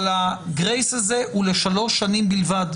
אבל הגרייס הזה הוא לשלוש שנים בלבד.